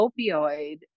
opioid